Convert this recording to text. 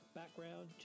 background